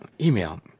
Email